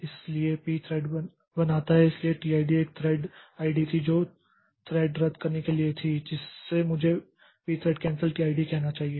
इसलिए pthread बनाता है इसलिए t id एक थ्रेड आईडी थी जो थ्रेड रद्द करने के लिए थी जिसे मुझे pthread कैंसल tid कहना चाहिए